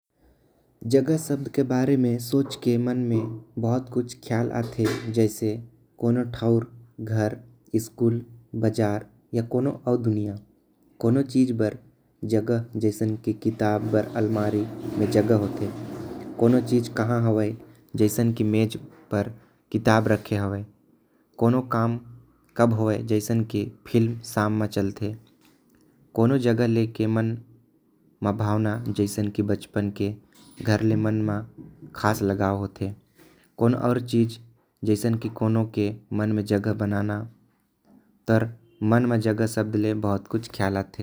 जगह शब्द के बारे में बहुत कुछ ख्याल आथे। कोनऊ ठोर स्कुल बाजार घर या कोनऊ अउ। दुनिया कोनऊ और चीज बर जगह जैसे किताब बर अलमारी में। जगह होथे कोनऊ चीज कहा हवे जैसे मेज पर किताब रखे होवें। कोनऊ काम कब होवें जैसे फ़िल्म साम में चलथे कोनऊ। जगह के लेके मन में भावना जैसे के बचपन के मन मा आस लगावथ हवे। जैसे केकरो मन में जगह बनाना एकर ले मन में बहुत ख्याल आथे।